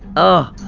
oh,